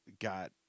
Got